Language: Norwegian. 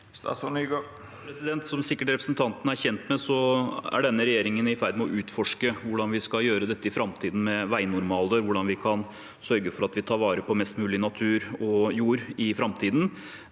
er denne regjeringen i ferd med å utforske hvordan vi i framtiden skal gjøre dette med veinormaler, hvordan vi kan sørge for at vi tar vare på mest mulig natur og jord i framtiden.